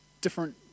different